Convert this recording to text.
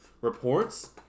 reports